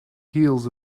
heels